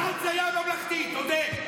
צאנז היה ממלכתי, תודה.